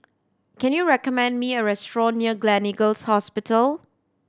can you recommend me a restaurant near Gleneagles Hospital